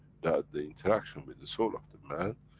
that the interaction with the soul of the man,